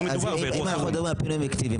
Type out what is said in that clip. אם אנחנו מדברים על פינויים אלקטיביים,